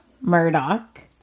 Murdoch